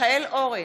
מיכאל אורן,